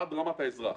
עד רמת האזרח.